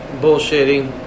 bullshitting